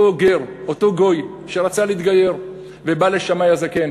אותו גר, אותו גוי שרצה להתגייר, בא לשמאי הזקן